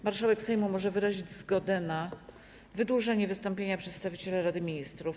Marszałek Sejmu może wyrazić zgodę na wydłużenie wystąpienia przedstawiciela Rady Ministrów.